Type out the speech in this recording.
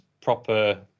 proper